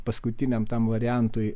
paskutiniam tam variantui